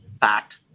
fat